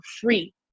free